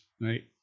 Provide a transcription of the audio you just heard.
right